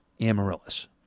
amaryllis